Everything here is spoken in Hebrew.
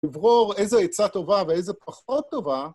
לברור איזו עצה טובה ואיזו פחות טובה.